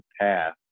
path